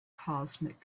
cosmic